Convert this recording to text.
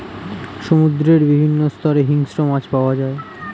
সমুদ্রের বিভিন্ন স্তরে হিংস্র মাছ পাওয়া যায়